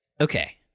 Okay